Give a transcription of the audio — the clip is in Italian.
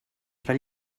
tra